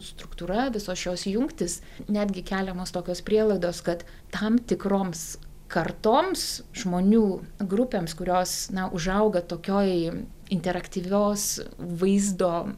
struktūra visos šios jungtys netgi keliamos tokios prielaidos kad tam tikroms kartoms žmonių grupėms kurios na užauga tokioj interaktyvios vaizdo